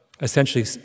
essentially